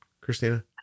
Christina